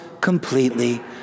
completely